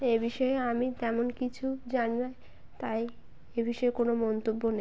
এ বিষয়ে আমি তেমন কিছু জানি তাই এ বিষয়ে কোনো মন্তব্য নেই